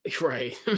right